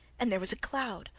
and there was a cloud,